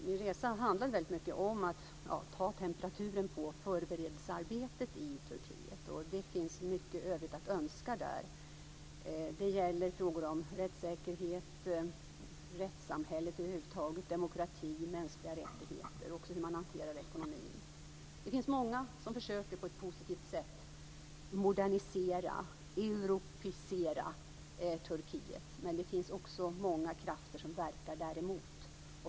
Min resa handlade väldigt mycket om att ta temperaturen på förberedelsearbetet i Turkiet. Det finns mycket övrigt att önska där. Det gäller frågor om rättssäkerhet, rättssamhället över huvud taget, demokrati, mänskliga rättigheter och också hur man hanterar ekonomin. Det finns många som på ett positivt sätt försöker modernisera och europeisera Turkiet. Men det finns också många krafter som verkar däremot.